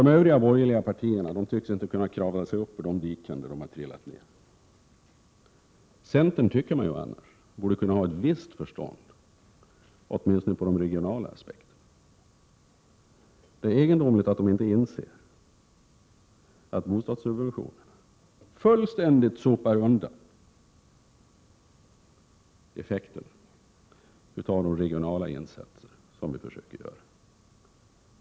De övriga borgerliga partierna tycks inte kunna kravla sig upp ur de diken där de har trillat ner. Centern tycker man annars borde kunna ha ett visst förstånd, åtminstone när det gäller de regionala aspekterna. Det är egendomligt att centerpartisterna inte inser att bostadssubventionerna fullständigt sopar undan effekterna av de regionala insatser som vi försöker göra.